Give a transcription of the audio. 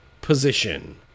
position